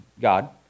God